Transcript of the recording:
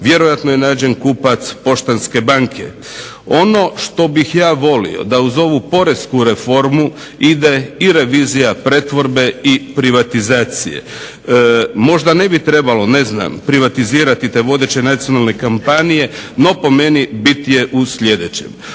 Vjerojatno je nađen kupac Poštanske banke. Ono što bih ja volio da uz ovu poresku reformu ide i revizija pretvorbe i privatizacije. Možda ne bi trebalo privatizirati te vodeće nacionalne kompanije no po meni bit je u sljedećem.